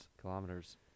kilometers